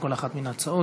על כל אחת מן ההצעות.